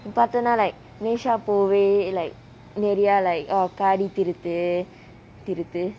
பாத்தான் நா:paathaan naa like மேஷ பூவெ:mesha poovae like நெறய:neraya like oh காதி திருத்து திருத்து:kaadhi thiruthu thiruthu